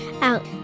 out